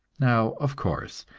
now, of course,